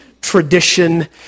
tradition